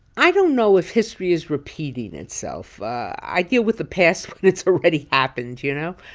i don't know if history is repeating itself. i deal with the past when it's already happened, you know?